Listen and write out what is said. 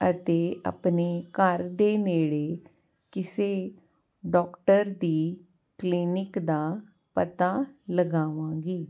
ਅਤੇ ਆਪਣੇ ਘਰ ਦੇ ਨੇੜੇ ਕਿਸੇ ਡਾਕਟਰ ਦੇ ਕਲੀਨਿਕ ਦਾ ਪਤਾ ਲਗਾਵਾਂਗੀ